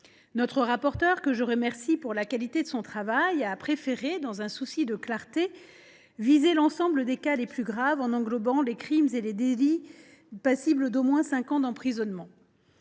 Notre rapporteure, que je remercie de la qualité de son travail, a préféré, dans un souci de clarté, viser l’ensemble des cas les plus graves, en englobant les crimes et délits passibles d’au moins cinq ans d’emprisonnement.